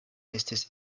estis